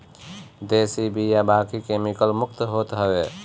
देशी बिया बाकी केमिकल मुक्त होत हवे